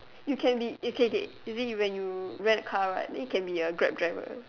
you can be okay okay you see when you rent a car right you can be a Grab driver